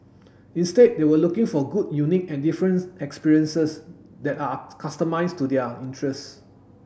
instead they were looking for good unique and different experiences that are customised to their interests